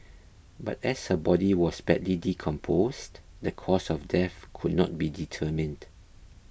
but as her body was badly decomposed the cause of death could not be determined